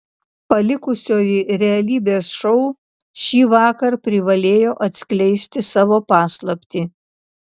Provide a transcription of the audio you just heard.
palikusioji realybės šou šįvakar privalėjo atskleisti savo paslaptį